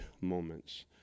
moments